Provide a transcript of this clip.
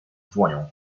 dłonią